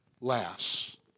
lasts